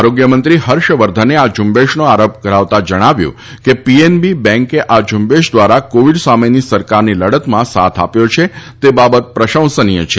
આરોગ્યમંત્રી હર્ષવર્ધને આ ઝ્રંબેશનો આરંભ કરાવતા કહ્યું હતું કે પીએનબી બેન્કે આ ઝ્રંબેશ દ્વારા કોવિડ સામેની સરકારની લડતમાં સાથ આપ્યો છે તે બાબત પ્રશંસનીય છે